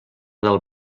del